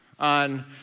on